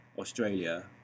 Australia